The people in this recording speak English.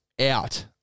out